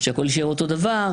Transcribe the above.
שהכול יישאר אותו דבר.